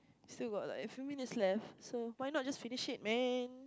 still got like a few minutes left so why not just finish it man